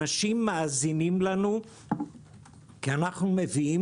אנשים מאזינים לנו כי אנחנו מביאים